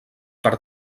per